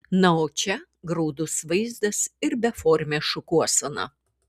na o čia graudus vaizdas ir beformė šukuosena